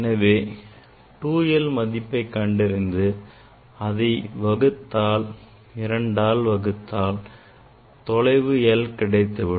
எனவே 2l மதிப்பை கண்டறிந்து அதை இரண்டால் வகுத்தால் தொலைவு l கிடைத்துவிடும்